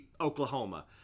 Oklahoma